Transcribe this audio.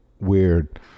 weird